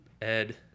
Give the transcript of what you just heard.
Ed